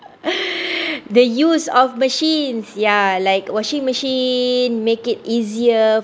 the use of machines ya like washing machine make it easier